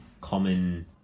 common